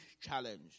challenge